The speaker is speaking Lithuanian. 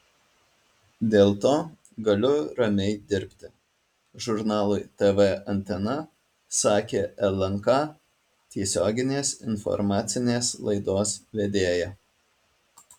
dėl to galiu ramiai dirbti žurnalui tv antena sakė lnk tiesioginės informacinės laidos vedėja